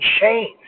change